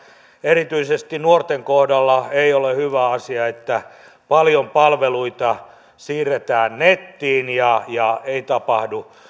erityisesti nuorten kohdalla ei ole hyvä asia että paljon palveluita siirretään nettiin ja ja ei tapahdu